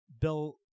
Bill